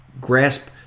grasp